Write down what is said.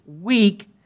week